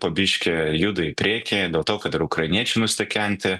po biškį juda į priekį dėl to kad ir ukrainiečiai nustekenti